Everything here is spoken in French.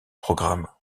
programme